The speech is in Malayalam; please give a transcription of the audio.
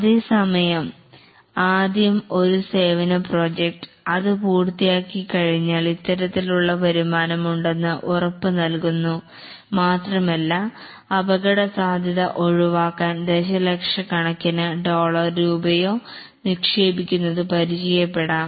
അതേസമയം ആദ്യം ഒരു സേവന പ്രോജക്ട് അതു പൂർത്തിയാക്കി കഴിഞ്ഞാൽ ഇത്തരത്തിലുള്ള വരുമാനം ഉണ്ടെന്ന് ഉറപ്പു നൽകുന്നു മാത്രമല്ല അപകട സാധ്യത ഒഴിവാക്കാൻ ദശലക്ഷക്കണക്കിന് ഡോളർ രൂപയോ നിക്ഷേപിക്കുന്നത് പരിചയപ്പെടാം